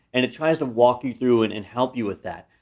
and it tries to walk you through it and help you with that.